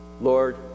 Lord